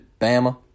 Bama